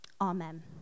Amen